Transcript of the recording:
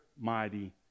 mighty